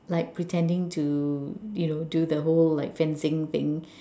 like pretending to you know do the whole like fencing things